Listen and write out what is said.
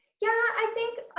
yeah, i think